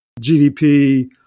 GDP